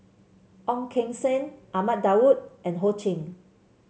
Ong Keng Sen Ahmad Daud and Ho Ching